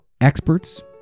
experts